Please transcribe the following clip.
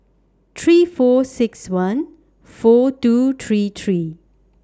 three four six one four two three three